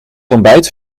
ontbijt